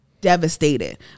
devastated